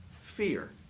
fear